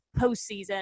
postseason